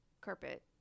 carpet